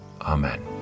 Amen